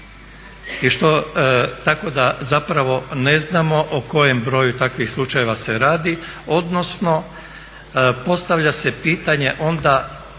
Tako da zapravo ne znamo o kojem broju takvih slučajeva se radi, odnosno postavlja se pitanje onda